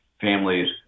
families